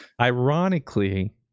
Ironically